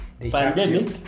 pandemic